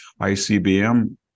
ICBM